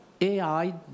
AI